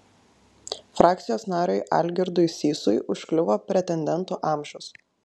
frakcijos nariui algirdui sysui užkliuvo pretendentų amžius